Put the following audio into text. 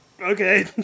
okay